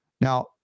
Now